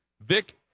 Vic